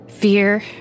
Fear